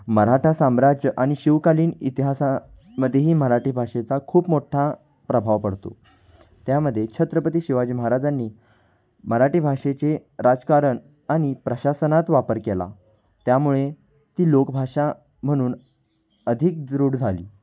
मराठा साम्राज्य आणि शिवकालीन इतिहासामध्येही मराठी भाषेचा खूप मोठा प्रभाव पडतो त्यामध्ये छत्रपती शिवाजी महाराजांनी मराठी भाषेचे राजकारण आणि प्रशासनात वापर केला त्यामुळे ती लोकभाषा म्हणून अधिक दृढ झाली